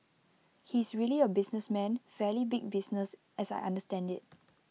he's really A businessman fairly big business as I understand IT